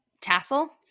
tassel